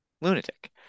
lunatic